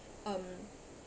um